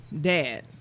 dad